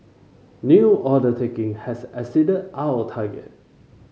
new order taking has exceeded our target